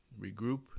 regroup